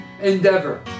endeavor